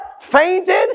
fainted